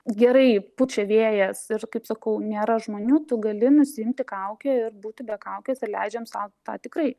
gerai pučia vėjas ir kaip sakau nėra žmonių tu gali nusiimti kaukę ir būti be kaukės ir leidžiam sau tą tikrai